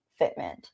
Fitment